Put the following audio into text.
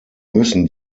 müssen